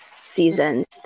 seasons